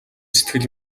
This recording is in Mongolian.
сэтгэл